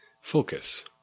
Focus